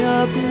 up